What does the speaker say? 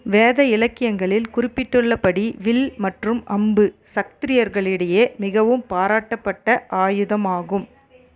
வேத இலக்கியங்களில் குறிப்பிட்டுள்ளபடி வில் மற்றும் அம்பு சத்திரியர்களிடையே மிகவும் பாராட்டப்பட்ட ஆயுதமாகும்